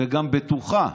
וגם בטוחה.